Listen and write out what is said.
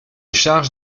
charge